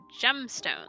gemstones